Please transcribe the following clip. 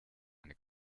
eine